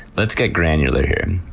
let's get granular here.